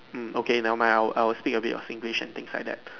mm okay never mind I would I would speak a bit your Singlish and things like that